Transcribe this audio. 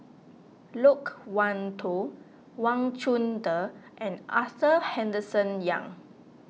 Loke Wan Tho Wang Chunde and Arthur Henderson Young